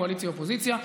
קואליציה ואופוזיציה.